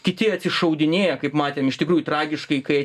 kiti atsišaudinėja kaip matėm iš tikrųjų tragiškai kai